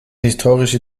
historische